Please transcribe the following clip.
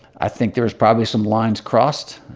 i think there was probably some lines crossed.